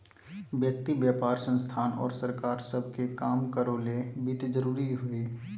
व्यक्ति व्यापार संस्थान और सरकार सब के काम करो ले वित्त जरूरी हइ